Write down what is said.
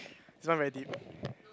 this one very deep